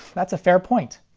that's a fair point.